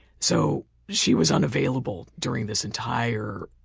so she was unavailable during this entire,